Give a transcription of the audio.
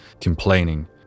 complaining